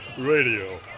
Radio